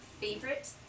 favorite